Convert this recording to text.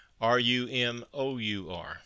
r-u-m-o-u-r